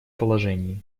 положении